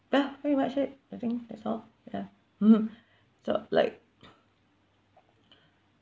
ya pretty much it I think that's all ya mmhmm so like